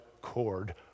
cord